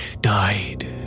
died